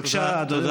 בבקשה, אדוני.